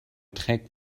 trägt